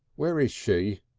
where is she?